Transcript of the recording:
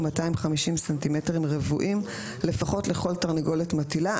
הוא 250 סנטימטרים רבועים לפחות לכל תרנגולת מטילה.